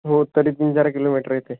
हो तरी तीन चार किलोमीटर आहे ते